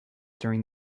during